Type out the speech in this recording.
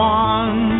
one